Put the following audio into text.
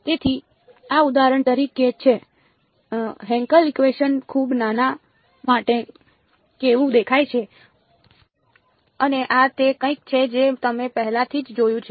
તેથી આ ઉદાહરણ તરીકે છે હેન્કેલ ફંક્શન ખૂબ નાના માટે કેવું દેખાય છે અને આ તે કંઈક છે જે તમે પહેલાથી જ જોયું છે